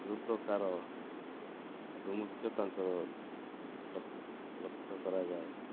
ଯେଉଁ ପ୍ରକାର ଆଭିମୁଖ୍ୟ ତାଙ୍କର ଲକ୍ଷ ଲକ୍ଷ୍ୟ କରାଯାଏ